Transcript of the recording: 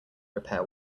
repair